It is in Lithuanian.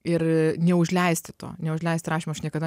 ir neužleisti to neužleisti rašymo aš niekada